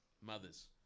mothers